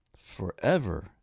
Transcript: Forever